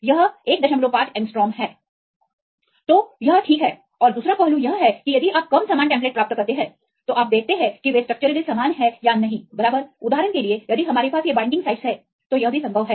यह १5 एगस्ट्रोम 15 Angstromहै तो यह ठीक है और दूसरा पहलू यह है कि यदि आप कम समान टेम्पलेट प्राप्त करते हैं तो आप देखते हैं कि वे स्ट्रक्चरली समान हैं या नहीं बराबर उदाहरण के लिए यदि हमारे पास ये बाइंडिंग साइटस हैं तो यह भी संभव है